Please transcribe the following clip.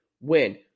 win